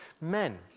men